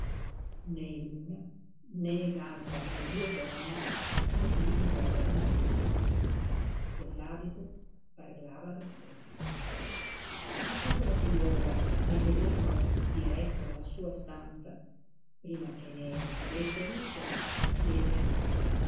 l'altra delle due donne ardì di muovere una domanda quell'abito parlava da sé soltanto la figliuola nel vederlo diretto alla sua stanza prima che ne richiudesse l'uscio gli chiese